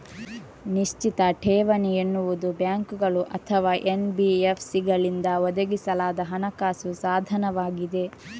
ನಿಶ್ಚಿತ ಠೇವಣಿ ಎನ್ನುವುದು ಬ್ಯಾಂಕುಗಳು ಅಥವಾ ಎನ್.ಬಿ.ಎಫ್.ಸಿಗಳಿಂದ ಒದಗಿಸಲಾದ ಹಣಕಾಸು ಸಾಧನವಾಗಿದೆ